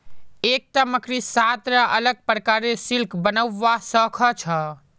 एकता मकड़ी सात रा अलग प्रकारेर सिल्क बनव्वा स ख छ